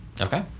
okay